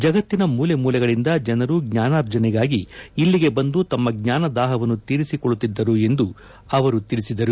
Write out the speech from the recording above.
ಜಗತ್ತಿನ ಮೂಲೆ ಮೂಲೆಗಳಿಂದ ಜನರು ಜ್ಞಾನಾರ್ಜನೆಗಾಗಿ ಇಲ್ಲಿಗೆ ಬಂದು ತಮ್ಮ ಜ್ಞಾನದಾಹವನ್ನು ತೀರಿಸಿಕೊಳ್ಳುತ್ತಿದ್ದರು ಎಂದು ಅವರು ತಿಳಿಸಿದರು